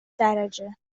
درجه